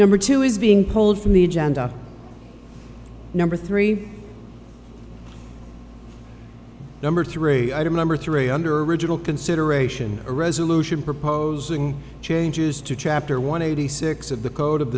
number two is being pulled from the agenda number three number three item number three under original consideration a resolution proposing changes to chapter one eighty six of the code of